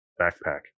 backpack